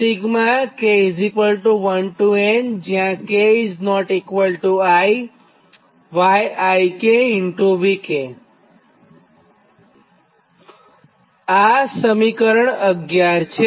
તેથી આ સમીકરણ 11 છે